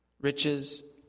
riches